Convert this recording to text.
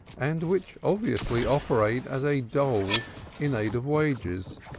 and which obviously operate as a dole in aid of wages.